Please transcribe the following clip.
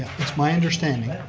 it's my understanding